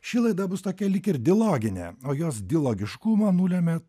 ši laida bus tokia lyg ir diloginė o jos dialogiškumą nulemia